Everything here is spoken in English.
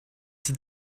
did